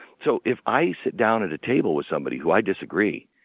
so if i sit down at a table with somebody who i disagree,